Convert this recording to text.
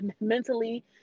mentally